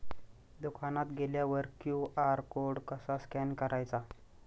दुकानात गेल्यावर Q R code कसा स्कॅन करायचा?